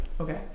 okay